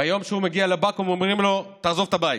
ביום שהוא מגיע לבקו"ם אומרים לו: תעזוב את הבית,